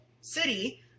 city